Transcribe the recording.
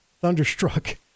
thunderstruck